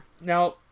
Now